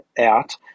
out